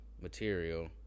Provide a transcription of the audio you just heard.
material